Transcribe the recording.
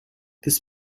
this